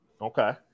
Okay